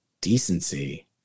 decency